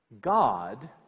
God